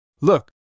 Look